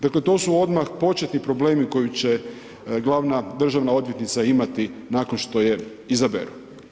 Dakle to su odmah početni problemi koje će glavna državna odvjetnica nakon što je izaberu.